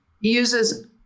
uses